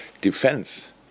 defense